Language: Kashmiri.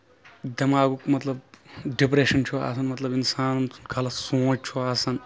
دٮ۪ماغُک مطلب ڈپریشن چھُ آسان مطلب اِنسانَن غلط سونٛچ چھُ آسان